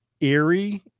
eerie